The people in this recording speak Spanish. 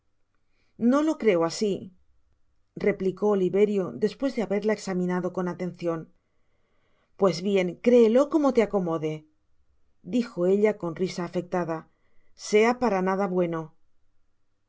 no lo creo asi replicó oliverio despues de haberla examinado con atencion pues bien creelo como te acomode dijo ella con risa afectada sea para nada bueno